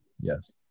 Yes